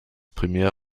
primär